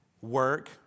work